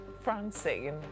Francine